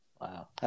Wow